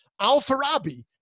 Al-Farabi